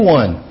one